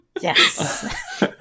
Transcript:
Yes